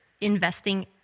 investing